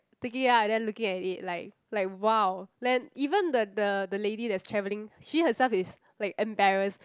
taking it up and looking at it like like wow then even the the the lady that's traveling she herself is like embarrassed